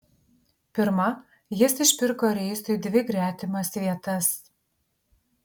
pirma jis išpirko reisui dvi gretimas vietas